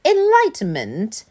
Enlightenment